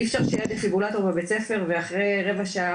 אי אפשר שיהיה דפיברילטור בבית ספר ואחרי רבע שעה,